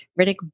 Riddick